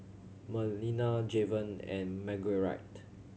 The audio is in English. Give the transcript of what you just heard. Melina Javen and Marguerite